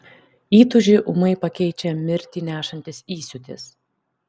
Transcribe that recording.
įtūžį ūmai pakeičia mirtį nešantis įsiūtis